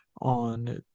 on